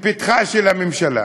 לפתחה של הממשלה,